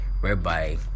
whereby